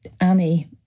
Annie